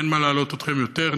אין מה להלאות אתכם יותר,